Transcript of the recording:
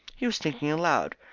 he was thinking aloud,